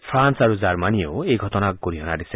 France আৰু জাৰ্মনীয়েও এই ঘটনাক গৰিহণা দিছে